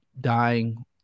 dying